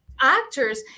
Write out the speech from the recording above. actors